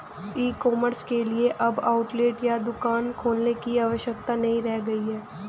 ई commerce के लिए अब आउटलेट या दुकान खोलने की आवश्यकता नहीं रह गई है